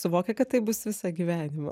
suvokia kad tai bus visą gyvenimą